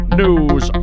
news